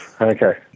Okay